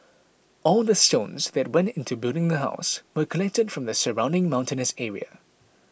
all the stones that went into building the house were collected from the surrounding mountainous area